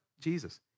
Jesus